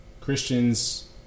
Christians